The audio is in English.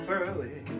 early